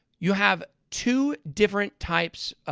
you have two different types,